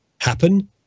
happen